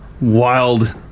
wild